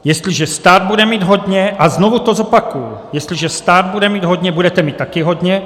Jestliže stát bude mít hodně a znovu to zopakuji, jestliže stát bude mít hodně budete mít taky hodně.